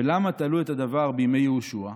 ולמה תלו הדבר בימי יהושע?"